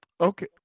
Okay